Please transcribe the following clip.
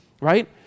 right